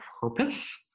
purpose